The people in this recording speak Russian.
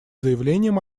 заявлением